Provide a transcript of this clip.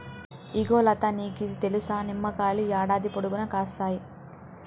ఇగో లతా నీకిది తెలుసా, నిమ్మకాయలు యాడాది పొడుగునా కాస్తాయి